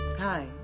Hi